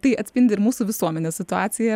tai atspindi ir mūsų visuomenės situaciją